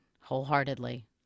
wholeheartedly